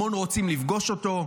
המון רוצים לפגוש אותו.